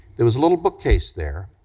there was a little bookcase there,